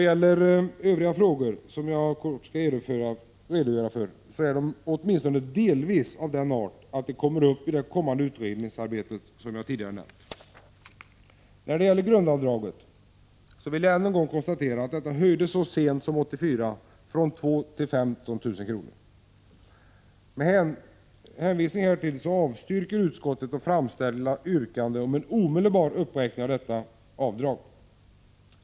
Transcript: De övriga frågor som jag kort skall redogöra för är åtminstone delvis av den art att de kommer att behandlas i det kommande utredningsarbete som jag tidigare nämnt. När det gäller grundavdraget vill jag än en gång konstatera att detta höjdes så sent som 1984 från 2 000 till 15 000 kr. Med hänvisning härtill avstyrker utskottet yrkandena om en omedelbar uppräkning av detta avdrag.